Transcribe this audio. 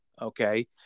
Okay